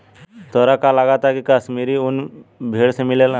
तोहरा का लागऽता की काश्मीरी उन भेड़ से मिलेला